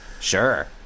Sure